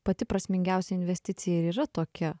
pati prasmingiausia investicija ir yra tokia